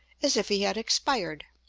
as if he had expired.